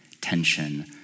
tension